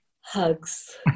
hugs